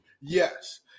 Yes